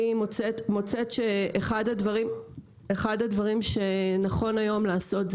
אני מוצאת שאחד הדברים שנכון היום לעשות הוא